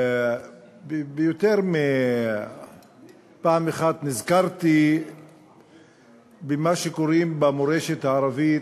ביותר מפעם אחת נזכרתי במה שקוראים במורשת הערבית: